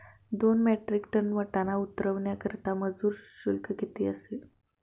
दोन metric ton वाटाणा उतरवण्याकरता मजूर शुल्क किती असेल?